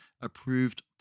approved